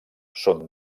són